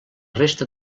resta